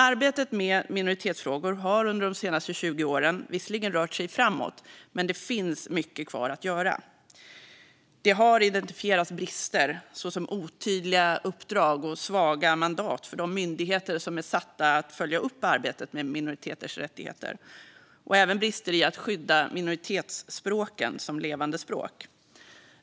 Arbetet med minoritetsfrågor har under de senaste 20 åren visserligen rört sig framåt, men det finns mycket kvar att göra. Det har identifierats brister, såsom otydliga uppdrag och svaga mandat för de myndigheter som är satta att följa upp arbetet med minoriteters rättigheter och även vad gäller att skydda minoritetsspråken som levande språk.